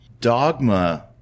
Dogma